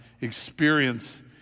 experience